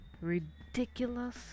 ridiculous